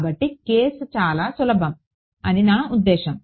కాబట్టి కేసు చాలా సులభం అని నా ఉద్దేశ్యం